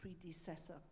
predecessor